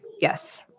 Yes